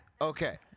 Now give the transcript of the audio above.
Okay